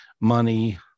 money